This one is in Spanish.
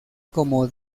como